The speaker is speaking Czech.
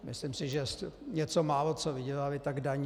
Myslím si, že něco málo, co vydělali, tak daní.